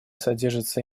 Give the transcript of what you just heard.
содержатся